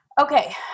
Okay